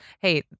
Hey